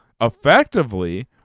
effectively